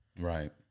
Right